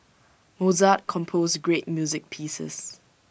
Mozart composed great music pieces